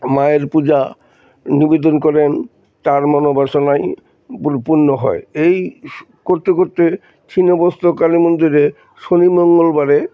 মায়ের পূজা নিবেদন করেন তার মনোবাসনাই পূর্ণ হয় এই করতে করতে ছিন্নমস্তা কালী মন্দিরে শনি মঙ্গলবারে